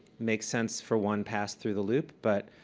makes sense for one pass through the loop, but